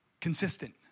consistent